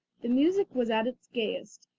the music was at its gayest,